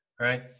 Right